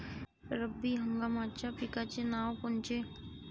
रब्बी हंगामाच्या पिकाचे नावं कोनचे?